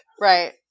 Right